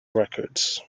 records